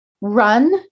run